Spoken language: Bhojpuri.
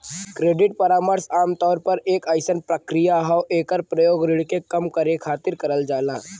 क्रेडिट परामर्श आमतौर पर एक अइसन प्रक्रिया हौ एकर प्रयोग ऋण के कम करे खातिर करल जाला